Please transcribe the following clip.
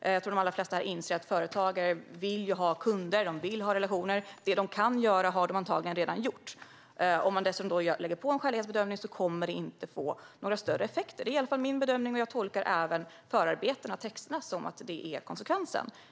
Jag tror att de allra flesta här inser att företagare vill ha kunder och relationer. Det de kan göra har de antagligen redan gjort. Om man dessutom lägger på en skälighetsbedömning kommer lagstiftningen inte att få några större effekter. Det är i alla fall min bedömning, och jag tolkar även förarbetena och propositionstexterna som att detta är konsekvensen.